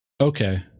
Okay